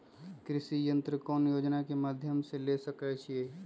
कृषि यंत्र कौन योजना के माध्यम से ले सकैछिए?